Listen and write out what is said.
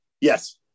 Yes